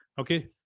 okay